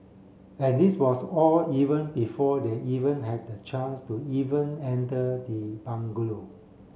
and this was all even before they even had a chance to even enter the bungalow